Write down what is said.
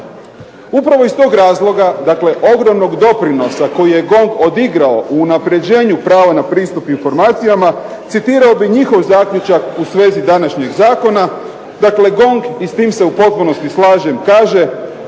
Upravo iz tog razloga dakle ogromnog doprinosa koji je GONG odigrao u unapređenju prava na pristup informacijama citirao bih njihov zaključak u svezi današnjeg zakona. dakle GONG, i s tim se u potpunosti slažem, kaže